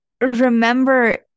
remember